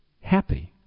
happy